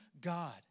God